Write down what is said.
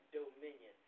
dominion